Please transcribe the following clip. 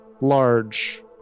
large